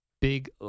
Big